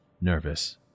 nervous